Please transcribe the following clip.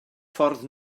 ffordd